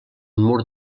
mur